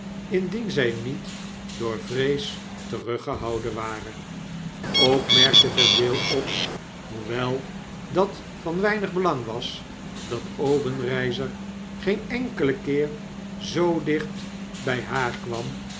indien zy niet door vrees teruggehouden ware ook merkte vendale op tm hoewel dat van weinig belang was dat obenreizer geen enkelen keer zoo dicht by haar kwam